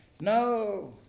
No